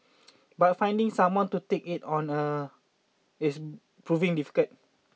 but finding someone to take it on a is proving difficult